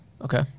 Okay